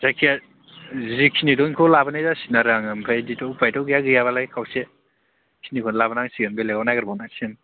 जायखिजाया जिखिनि दं बेखौ लाबोनाय जासिगोन आरो आङो ओमफ्राय जिहेथु उफायथ' गैया गैयाबालाय खावसेखिनिखौनो लाबोनांसिगोन बेलेगाव नागिरबावनांसिगोन